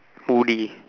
hoodie